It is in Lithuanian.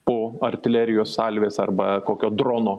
po artilerijos salvės arba kokio drono